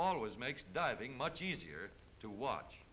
always makes diving much easier to watch